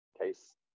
case